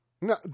No